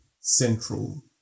central